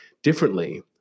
differently